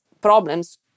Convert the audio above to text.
problems